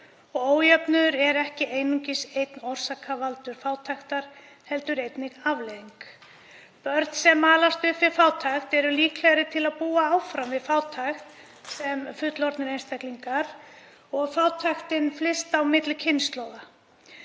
Ójöfnuður er ekki einungis einn orsakavaldur fátæktar heldur einnig afleiðing. Börn sem alast upp við fátækt eru líklegri til að búa áfram við fátækt sem fullorðnir einstaklingar og fátæktin flyst á milli kynslóða.